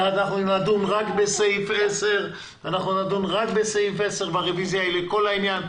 אנחנו נדון רק בסעיף 10 והרביזיה היא לכל העניין,